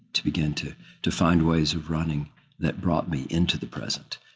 to begin to to find ways of running that brought me into the present.